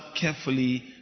carefully